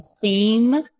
theme